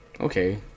okay